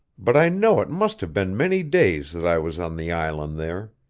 but i know it must have been many days that i was on the island there.